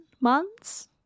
months